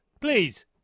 please